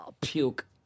puke